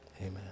Amen